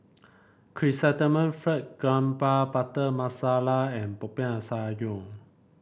Chrysanthemum Fried Garoupa Butter Masala and Popiah Sayur